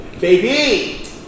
baby